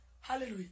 Hallelujah